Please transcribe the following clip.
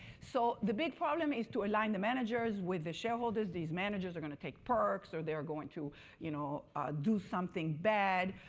so, the big problem is to align the managers with the shareholders. these managers are going to take perks, or they're going to you know do something bad,